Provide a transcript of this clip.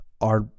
are-